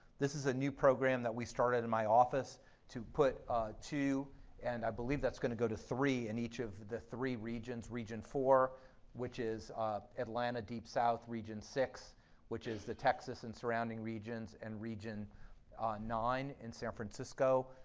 this is a new program we started in my office to put two and i believe that's going to go to three in each of the three region, region four which is atlanta deep south, region six which is the texas and surrounding regions and region nine and san francisco,